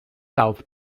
south